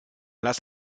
lass